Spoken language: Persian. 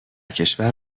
کشور